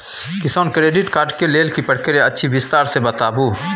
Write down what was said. किसान credit card के लेल की प्रक्रिया अछि विस्तार से बताबू?